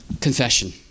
Confession